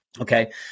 Okay